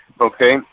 okay